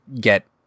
get